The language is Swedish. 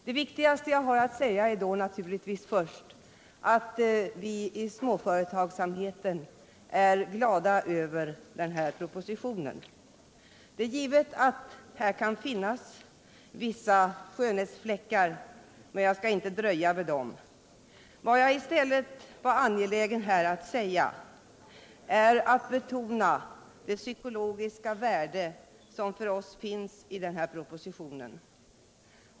Det viktigaste jag har att säga är först och främst att vi i småföretagsamheten är glada över den här propositionen. Det är givet att det kan finnas vissa skönhetsfläckar i den, men jag vill inte dröja vid dem, utan jag är i stället angelägen att betona det psykologiska värde som för oss finns i denna proposition.